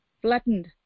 flattened